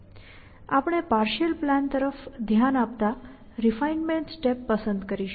આપણે partial plan તરફ ધ્યાન આપતા રિફાઇનમેન્ટ સ્ટેપ પસંદ કરીશું